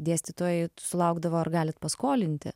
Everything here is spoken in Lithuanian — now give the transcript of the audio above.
dėstytojai sulaukdavo galite paskolinti